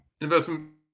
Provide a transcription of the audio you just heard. investment